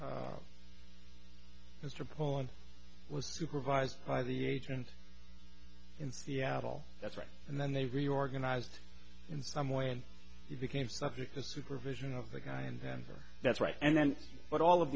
mr poland was supervised by the agent in seattle that's right and then they reorganized in some way and you became subject to supervision of the guy and that's right and then but all of